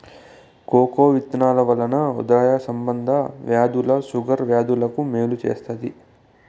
cocoa విత్తనాల వలన హృదయ సంబంధ వ్యాధులు షుగర్ వ్యాధులకు మేలు చేత్తాది